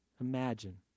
Imagine